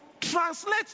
translate